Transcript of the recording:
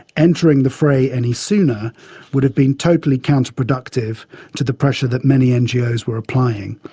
entering the fray any sooner would have been totally counter-productive to the pressure that many ngos were applying,